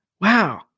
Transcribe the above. wow